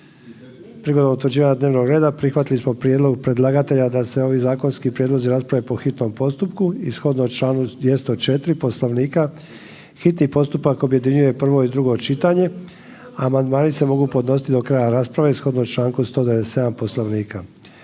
Prigodom utvrđivanja dnevnog reda prihvatili smo prijedlog predlagatelja da se ovi zakonski prijedlozi rasprave po hitnom postupku. Sukladno čl. 204. Poslovnika hitni postupak objedinjuje prvo i drugo čitanje. Amandmani se mogu podnositi do kraja rasprave. Raspravu su proveli